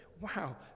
Wow